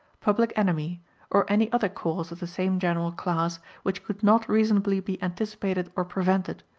public enemy or any other cause of the same general class which could not reasonably be anticipated or prevented,